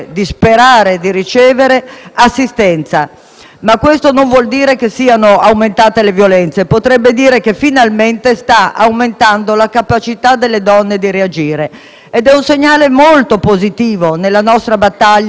però non vuol dire che siano aumentate le violenze: potrebbe voler dire che finalmente sta aumentando la capacità delle donne di reagire. Ed è un segnale molto positivo nella nostra battaglia contro il fenomeno sommerso della violenza,